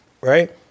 right